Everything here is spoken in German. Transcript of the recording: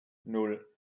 nan